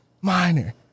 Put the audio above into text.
minor